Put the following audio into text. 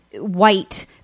white